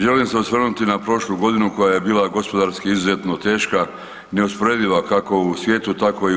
Želim se osvrnuti na prošlu godinu koja je bila gospodarski izuzetno teška, neusporediva kako u svijetu tako i u RH.